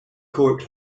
court